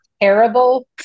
terrible